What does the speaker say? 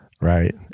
Right